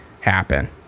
happen